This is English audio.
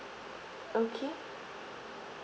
okay